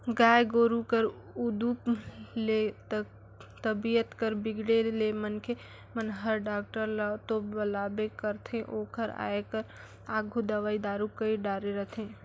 गाय गोरु कर उदुप ले तबीयत कर बिगड़े ले मनखे मन हर डॉक्टर ल तो बलाबे करथे ओकर आये कर आघु दवई दारू कईर डारे रथें